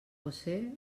josé